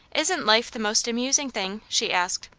isn't life the most amusing thing? she asked.